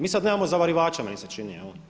Mi sad nemamo zavarivača meni se čini.